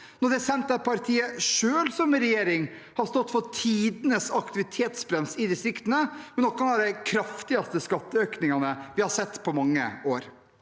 når det er Senterpartiet selv som i regjering har stått for tidenes aktivitetsbrems i distriktene med noen av de kraftigste skatteøkningene vi har sett på mange år